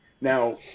Now